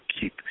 keep